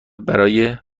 برای